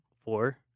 four